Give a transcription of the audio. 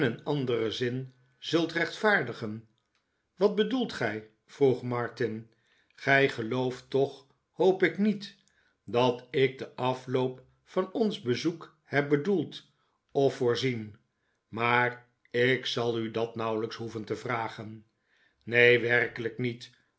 anderen zin zult rechtvaardigen wat bedoelt gij vroeg martin gij gelooft toch hoop ik niet dat ik den afloop van ons bezoek heb bedoeld of voorzien maar ik zal u dat nauwelijks hoeven te vragen neen werkelijk niet